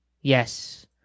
Yes